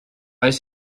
oes